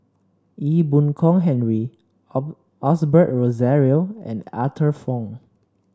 Ee Boon Kong Henry Osbert Rozario and Arthur Fong